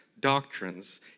doctrines